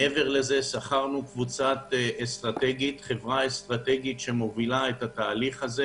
שכרנו חברה אסטרטגית שמובילה את התהליך הזה